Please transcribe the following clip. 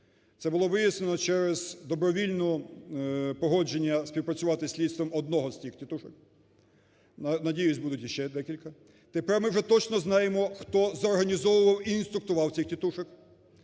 Це було вияснено через добровільне погодження співпрацювати із слідством одного з тих "тітушок", надіюсь, будуть ще декілька. Тепер ми вже точно знаємо, хто зорганізовував і інструктував цих "тітушок".